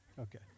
Okay